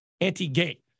anti-gay